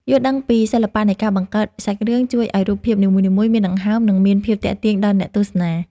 យល់ដឹងពីសិល្បៈនៃការបង្កើតសាច់រឿងជួយឱ្យរូបភាពនីមួយៗមានដង្ហើម និង មានភាពទាក់ទាញដល់អ្នកទស្សនា។